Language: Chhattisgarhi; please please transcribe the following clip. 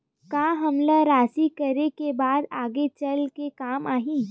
का हमला राशि करे के बाद आगे चल के काम आही?